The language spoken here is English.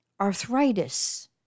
arthritis